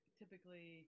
typically